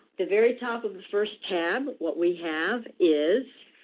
the very top of the first tab, what we have is